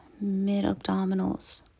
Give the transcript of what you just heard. mid-abdominals